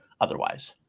otherwise